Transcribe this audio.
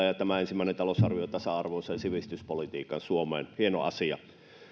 ja tämä ensimmäinen talousarvio palauttaa tasa arvoisen sivistyspolitiikan suomeen hieno asia